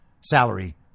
salary